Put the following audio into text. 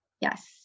Yes